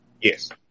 Yes